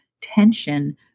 tension